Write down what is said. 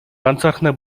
ганцаархнаа